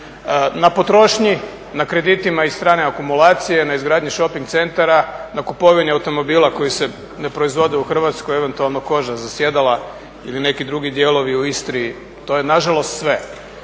Na potrošnji, na kreditima iz strane akumulacije, na izgradnji shoping centara, na kupovini automobila koji se ne proizvode u Hrvatskoj, eventualno koža za sjedala ili neki drugi dijelovi u Istri. To je na žalost sve.